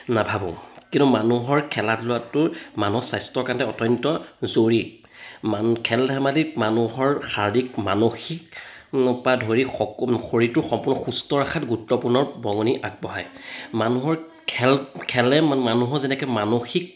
নাভাবোঁ কিন্তু মানুহৰ খেলা ধূলাটো মানুহৰ স্বাস্থ্যৰ কাৰণে অত্যন্ত জৰুৰী মানুহ খেল ধেমালিত মানুহৰ শাৰীৰিক মানসিক পৰা ধৰি সকলো শৰীৰটো সম্পূৰ্ণ সুস্থ ৰখাত গুৰুত্বপূৰ্ণ বৰঙনি আগবঢ়ায় মানুহৰ খেল খেলে মানুহৰ যেনেকৈ মানসিক